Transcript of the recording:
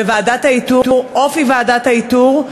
וועדת האיתור,